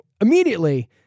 immediately